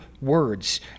words